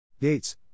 Gates